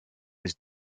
his